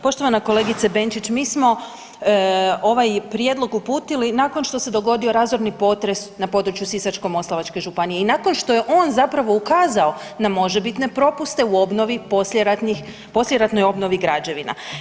Poštovana kolegice Benčić mi smo ovaj prijedlog uputili nakon što se dogodio razorni potres na području Sisačko-moslavačke županije i nakon što je on zapravo ukazao na možebitne propuste u obnovi poslijeratnih, poslijeratnoj obnovi građevina.